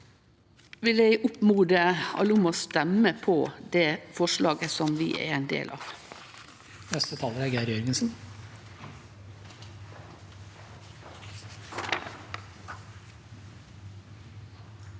eg oppmode alle om å stemme for det forslaget som vi er ein del av.